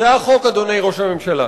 זה החוק, אדוני ראש הממשלה.